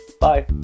Bye